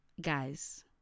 Guys